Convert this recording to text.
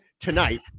tonight